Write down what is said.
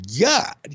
God